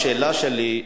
השאלה שלי,